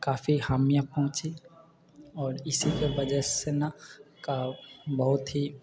काफी हार्म पहुँची आओर ईसी के वजह से न का बहुत ही